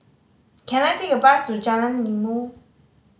can I take a bus to Jalan Ilmu